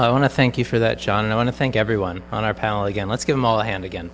i want to thank you for that john and i want to thank everyone on our panel again let's give them all a hand again